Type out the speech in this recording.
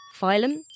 Phylum